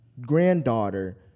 Granddaughter